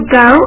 go